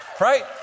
Right